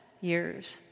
years